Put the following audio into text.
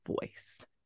voice